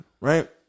right